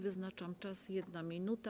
Wyznaczam czas - 1 minuta.